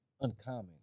uncommon